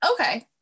okay